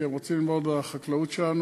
כי רוצים ללמוד מהחקלאות שלנו,